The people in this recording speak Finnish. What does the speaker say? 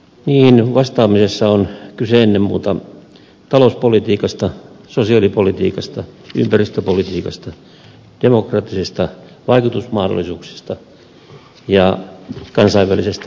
niihin vastaamisessa on kyse ennen muuta talouspolitiikasta sosiaalipolitiikasta ympäristöpolitiikasta demokraattisista vaikutusmahdollisuuksista ja kansainvälisestä yhteistyöstä